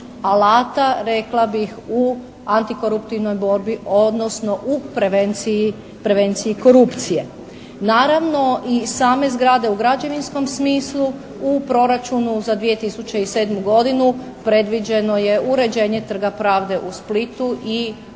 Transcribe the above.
alata rekla bih u antikoruptivnoj borbi odnosno u prevenciji korupcije. Naravno i same zgrade u građevinskom smislu u proračunu za 2007. godinu predviđeno je uređenje Trga pravde u Splitu i